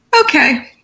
Okay